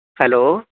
hello